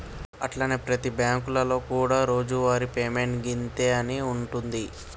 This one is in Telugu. అట్లనే ప్రతి బ్యాంకులలో కూడా రోజువారి పేమెంట్ గింతే అని ఉంటుంది